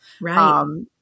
Right